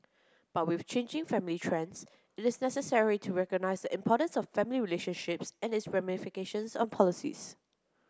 but with changing family trends it is necessary to recognise importance of family relationships and its ramifications on policies